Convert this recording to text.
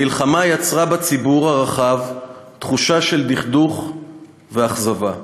המלחמה יצרה בציבור הרחב תחושה של דכדוך ואכזבה.